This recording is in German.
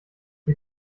sie